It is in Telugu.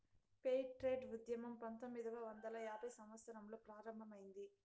ఫెయిర్ ట్రేడ్ ఉద్యమం పంతొమ్మిదవ వందల యాభైవ సంవత్సరంలో ప్రారంభమైంది